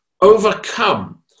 overcome